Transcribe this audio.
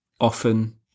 often